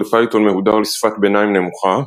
קוד פייתון מהודר לשפת ביניים נמוכה,